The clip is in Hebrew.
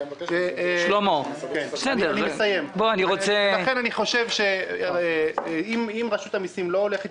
לכן אני חושב שאם רשות המסים לא הולכת